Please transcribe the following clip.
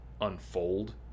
unfold